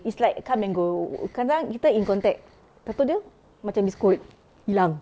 it's like come and go kadang-kadang kita in contact lepas tu dia macam disconnect hilang